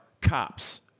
cops